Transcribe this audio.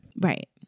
Right